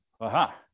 aha